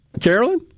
Carolyn